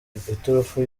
iturufu